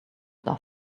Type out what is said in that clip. dust